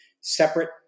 Separate